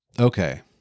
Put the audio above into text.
Okay